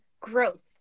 growth